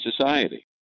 society